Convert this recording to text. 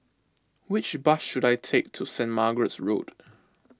which bus should I take to Saint Margaret's Road